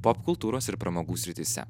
popkultūros ir pramogų srityse